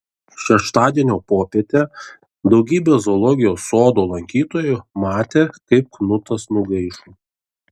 šeštadienio popietę daugybė zoologijos sodo lankytojų matė kaip knutas nugaišo